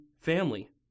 family